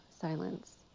silence